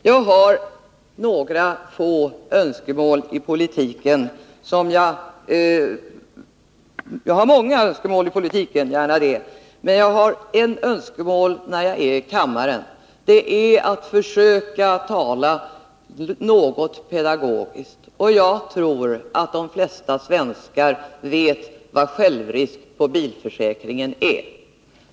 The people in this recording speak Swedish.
Jag har några få önskemål i politiken — ja, jag har naturligtvis många önskemål i politiken, men jag har ett speciellt önskemål när jag är i kammaren, och det är att försöka tala något pedagogiskt. Jag tror att de flesta svenskar vet vad självrisk på bilförsäkringen är.